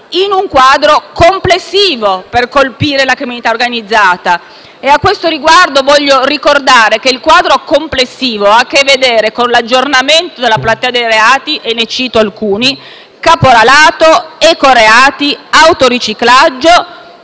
in un quadro complessivo per colpire la criminalità organizzata. A questo riguardo, voglio ricordare che il quadro complessivo ha a che vedere con l'aggiornamento della platea dei reati (ne cito alcuni: caporalato, ecoreati e autoriciclaggio)